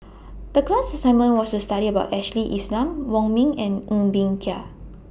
The class assignment was to study about Ashley Isham Wong Ming and Ng Bee Kia